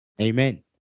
amen